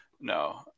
no